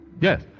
Yes